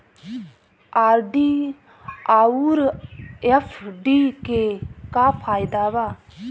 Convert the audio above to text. RD आउर FD के का फायदा बा?